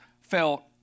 felt